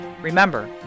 Remember